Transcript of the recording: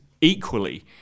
equally